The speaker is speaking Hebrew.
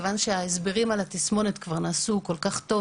כיוון שההסברים על התסמונת נעשו כל כך טוב,